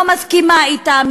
לא מסכימה אתם,